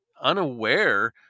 unaware